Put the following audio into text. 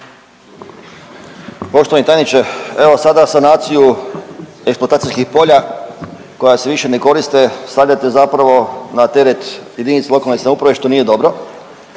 Poštovani tajniče, evo sada sanaciju eksploatacijskih polja koja se više ne koriste stavljate zapravo na teret JLS što nije dobro